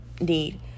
need